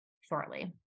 shortly